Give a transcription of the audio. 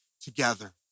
together